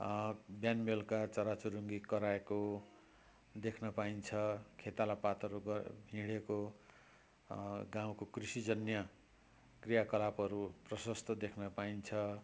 बिहान बेलुका चरा चुरुङ्गी कराएको देख्न पाइन्छ खेतालापातहरू हिडेको गाउँको कृषिजन्य क्रियाकलापहरू प्रशस्त देख्न पाइन्छ